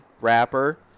wrapper